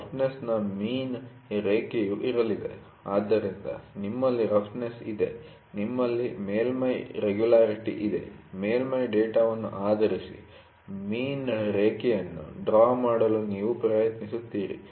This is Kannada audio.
ರಫ್ನೆಸ್'ನ ಮೀನ್ ರೇಖೆಯು ಇರಲಿದೆ ಆದ್ದರಿಂದ ನಿಮ್ಮಲ್ಲಿ ರಫ್ನೆಸ್ ಇದೆ ನಿಮ್ಮಲ್ಲಿ ಮೇಲ್ಮೈ ರೆಗುಲಾರಿಟಿ ಇದೆ ಮೇಲ್ಮೈ ಡೇಟಾ'ವನ್ನು ಆಧರಿಸಿ ಮೀನ್ ರೇಖೆಯನ್ನು ಡ್ರಾ ಮಾಡಲು ನೀವು ಪ್ರಯತ್ನಿಸುತ್ತೀರಿ